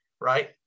right